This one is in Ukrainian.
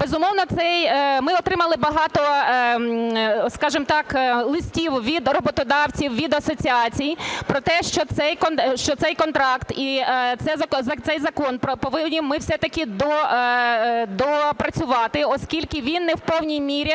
Безумовно, це… Ми отримали багато, скажемо так, листів від роботодавців, від асоціацій про те, що цей контракт і цей закон повинні ми все-таки доопрацювати, оскільки він не в повній мірі